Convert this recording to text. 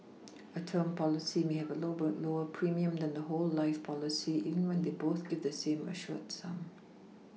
a term policy may have a lower premium than a whole life policy even when they both give the same assured sum